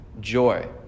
joy